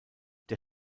der